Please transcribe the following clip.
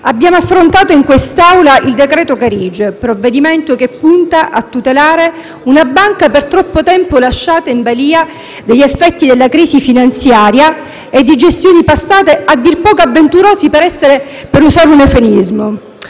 abbiamo affrontato in quest'Aula il decreto Carige, provvedimento che punta a tutelare una banca per troppo tempo lasciata in balia degli effetti della crisi finanziaria e di gestioni passate a dir poco avventurose, per usare un eufemismo.